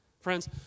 friends